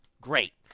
great